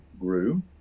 grew